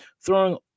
throwing